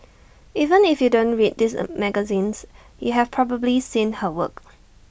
even if you don't read these magazines you have probably seen her work